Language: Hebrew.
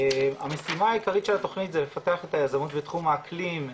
המשימה העיקרית של התוכנית זה לפתח את היזמות בתחום האקלים,